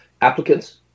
applicants